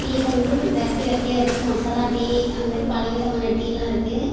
tea வந்து variety வெரைட்டியாக இருக்குது மசாலா டீ அதுமாதிரி பலவிதமான டீயெலாம் இருக்குது